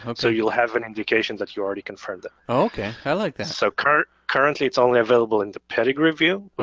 um so you'll have an indication that you already confirmed them. oh okay, i like that. so currently it's only available in the pedigree view,